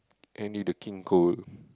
Andy the king Cole